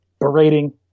berating